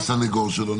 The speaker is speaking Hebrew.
איפה הסנגור שלו?